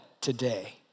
today